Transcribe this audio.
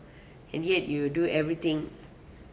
and yet you do everything